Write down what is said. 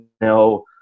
no